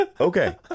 Okay